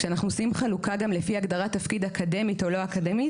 כשאנחנו עושים חלוקה גם לפי הגדרת תפקיד אקדמית או לא אקדמית,